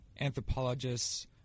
anthropologists